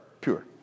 Pure